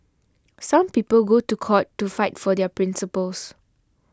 some people go to court to fight for their principles